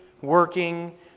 working